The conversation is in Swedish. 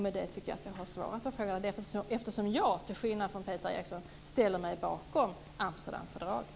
Med detta har jag svarat på frågan. Jag ställer mig, till skillnad från